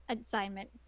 assignment